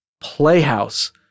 playhouse